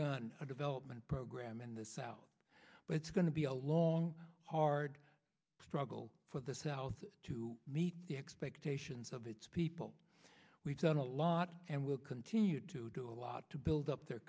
begun a development program in the south but it's going to be a long hard struggle for the south to meet the expectations of its people we've done a lot and will continue to do a lot to build up their